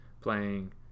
playing